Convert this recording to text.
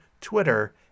twitter